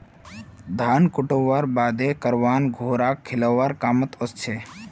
धान कुटव्वार बादे करवान घोड़ाक खिलौव्वार कामत ओसछेक